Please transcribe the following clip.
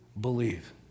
Believe